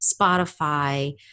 Spotify